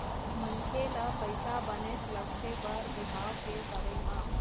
मनखे ल पइसा बनेच लगथे बर बिहाव के करे म